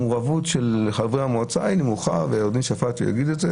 מעורבות חברי המועצה היא נמוכה עו"ד שפט יגיד את זה